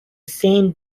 same